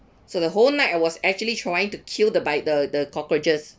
so the whole night I was actually trying to kill the bay~ the the cockroaches